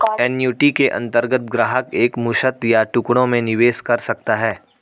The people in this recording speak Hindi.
एन्युटी के अंतर्गत ग्राहक एक मुश्त या टुकड़ों में निवेश कर सकता है